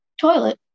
toilet